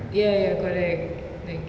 ya ya correct like